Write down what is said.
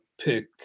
pick